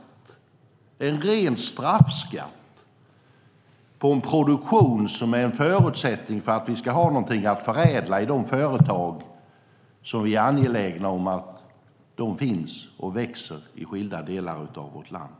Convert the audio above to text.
Det är en ren straffskatt på den produktion som är en förutsättning för att man ska ha någonting att förädla i de företag som vi är angelägna om ska finnas och växa i skilda delar av vårt land.